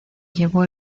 llevó